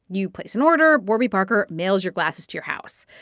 you place an order. warby parker mails your glasses to your house.